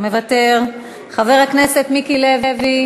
מוותר, חבר הכנסת מיקי לוי,